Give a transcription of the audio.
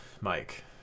Mike